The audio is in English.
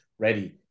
ready